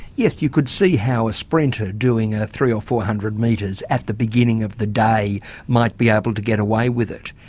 yes you could see how a sprinter doing a three or four hundred metres at the beginning of the day might be able to get away with it.